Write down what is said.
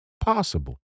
Possible